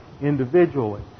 individually